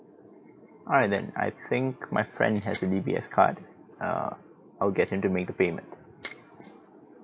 alright then I think my friend has a D_B_S card err I'll get him to make the payment